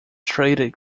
traded